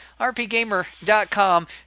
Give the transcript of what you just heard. rpgamer.com